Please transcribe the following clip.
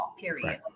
Period